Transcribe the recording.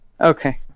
Okay